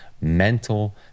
mental